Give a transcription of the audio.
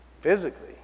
Physically